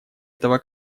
этого